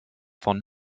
von